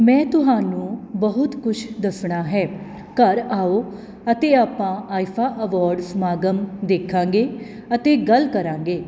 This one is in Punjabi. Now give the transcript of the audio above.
ਮੈਂ ਤੁਹਾਨੂੰ ਬਹੁਤ ਕੁਛ ਦੱਸਣਾ ਹੈ ਘਰ ਆਓ ਅਤੇ ਆਪਾਂ ਆਈਫਾ ਅਵੋਰਡ ਸਮਾਗਮ ਦੇਖਾਂਗੇ ਅਤੇ ਗੱਲ ਕਰਾਂਗੇ